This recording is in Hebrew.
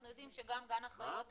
אנחנו יודעים שגם גן החיות --- מה?